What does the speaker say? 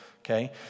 okay